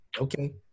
okay